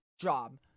job